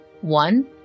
one